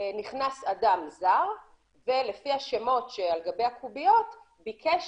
נכנס אדם זר ולפי השמות שעל גבי הקוביות ביקש